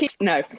No